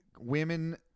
Women